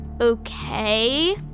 Okay